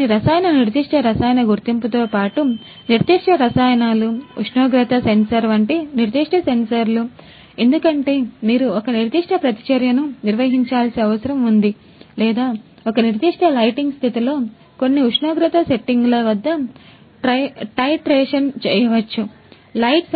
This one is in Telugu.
కొన్ని రసాయన నిర్దిష్ట రసాయన గుర్తింపుతో పాటు నిర్దిష్ట రసాయనాలు ఉష్ణోగ్రత సెన్సార్ వంటి నిర్దిష్ట సెన్సార్లు ఎందుకంటే మీరు ఒక నిర్దిష్ట ప్రతిచర్యను నిర్వహించాల్సిన అవసరం ఉంది లేదా ఒక నిర్దిష్ట లైటింగ్ స్థితిలో కొన్ని ఉష్ణోగ్రత సెట్టింగుల వద్ద టైట్రేషన్ చేయవచ్చు లైట్